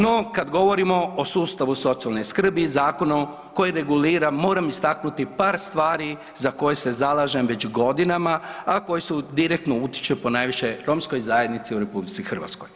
No kada govorimo o sustavu socijalne skrbi zakona koji regulira moram istaknuti par stvari za koje se zalažem već godinama, a koje direktno utiče ponajviše romskoj zajednici u RH.